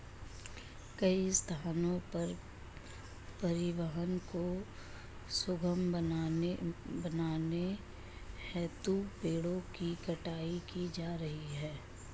कई स्थानों पर परिवहन को सुगम बनाने हेतु पेड़ों की कटाई की जा रही है